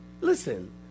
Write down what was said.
Listen